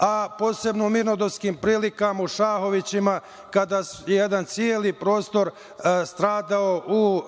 a posebno mirnodopskim prilikama u Šahovićima, kada je jedan celi prostor stradao u